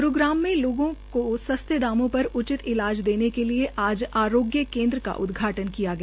गुरूग्राम में लोगों को सस्ते दामों पर उचित इलाज देने के लिए आज आरोग्य केन्द्र का उदघाटन किया गया